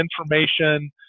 information